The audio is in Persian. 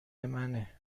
منه